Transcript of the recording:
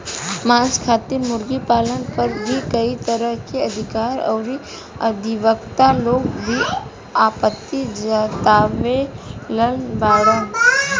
मांस खातिर मुर्गी पालन पर भी कई तरह के अधिकारी अउरी अधिवक्ता लोग भी आपत्ति जतवले बाड़न